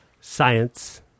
science